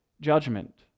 judgment